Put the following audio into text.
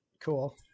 cool